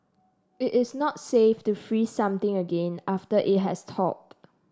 it is not safe to freeze something again after it has thawed